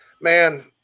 Man